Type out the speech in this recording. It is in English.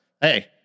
Hey